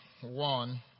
one